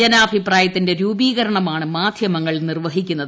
ജനാഭിപ്രായത്തിന്റെ രൂപീകരണമാണ് മാധ്യമങ്ങൾ നിർവഹിക്കുന്നത്